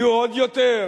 יהיו עוד יותר?